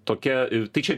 tokia ir tai čia